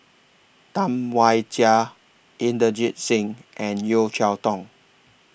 Tam Wai Jia Inderjit Singh and Yeo Cheow Tong